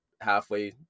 halfway